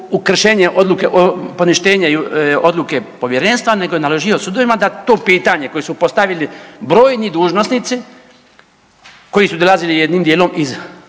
u kršenje odluke o, poništenje odluke povjerenstva, nego je naložio sudovima da to pitanje koje su postavili brojni dužnosnici, koji su dolazili jednim dijelom iz